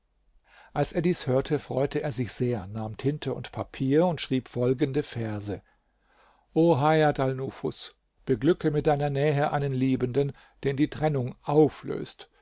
als er dies hörte freute er sich sehr nahm tinte und papier und schrieb folgende verse o hajat alnufus beglücke mit deiner nähe einen liebenden den die trennung auflöst